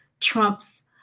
Trump's